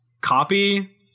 copy